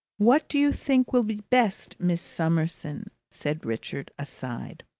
what do you think will be best, miss summerson? said richard, aside.